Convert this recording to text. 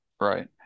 Right